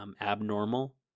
abnormal